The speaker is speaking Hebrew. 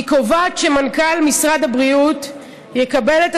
היא קובעת שמנכ"ל משרד הבריאות יקבל את